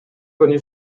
connu